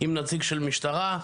עם נציג של משטרה,